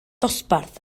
dosbarth